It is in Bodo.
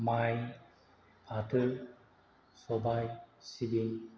माइ फाथो सबाय सिबिं